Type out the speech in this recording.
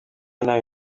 naba